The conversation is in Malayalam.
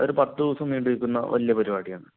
ഒരു പത്തു ദിവസം നീണ്ടു നിൽക്കുന്ന വലിയ പരിപാടിയാണ്